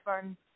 fun